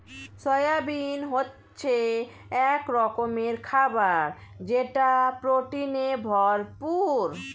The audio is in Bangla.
সয়াবিন হচ্ছে এক রকমের খাবার যেটা প্রোটিনে ভরপুর